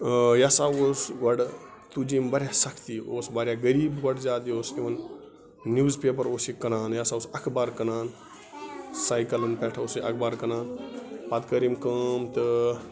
یہِ ہَسا اوس گۄڈٕ تُج یِم واریاہ سختی اوس واریاہ غریٖب گۄڈٕ زیادٕ یہِ اوس اِون نیٛوٕز پیپَر اوس یہِ کٕنان یہِ ہَسا اوس اَخبار کٕنان سایکلَن پٮ۪ٹھ اوس یہِ اَخبار کٕنان پَتہٕ کٔرم کٲم تہٕ